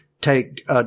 take